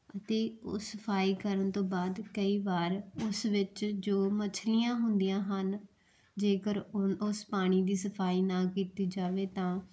ਅਤੇ ਉਹ ਸਫਾਈ ਕਰਨ ਤੋਂ ਬਾਅਦ ਕਈ ਵਾਰ ਉਸ ਵਿੱਚ ਜੋ ਮੱਛਲੀਆਂ ਹੁੰਦੀਆਂ ਹਨ ਜੇਕਰ ਉਣ ਉਸ ਪਾਣੀ ਦੀ ਸਫਾਈ ਨਾ ਕੀਤੀ ਜਾਵੇ ਤਾਂ